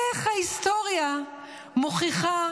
איך ההיסטוריה מוכיחה